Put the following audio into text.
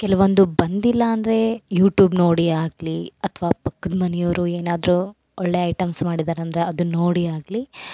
ಕೆಲವೊಂದು ಬಂದಿಲ್ಲ ಅಂದರೆ ಯುಟೂಬ್ ನೋಡಿ ಆಗಲಿ ಅಥ್ವ ಪಕ್ಕದ ಮನೆಯವರು ಏನಾದರು ಒಳ್ಳೆ ಐಟೆಮ್ಸ್ ಮಾಡಿದಾರಂದರೆ ಅದನ್ನು ನೋಡಿ ಆಗಲಿ